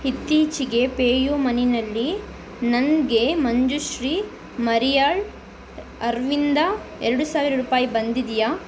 ಇತ್ತೀಚಿಗೆ ಪೇಯು ಮನಿಯನಲ್ಲಿ ನನಗೆ ಮಂಜುಶ್ರೀ ಮರೀಯಾಳ್ ಅವ್ರಿಂದ ಎರಡು ಸಾವಿರ ರೂಪಾಯಿ ಬಂದಿದೆಯಾ